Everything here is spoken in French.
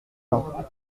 nous